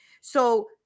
So-